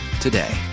today